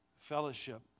fellowship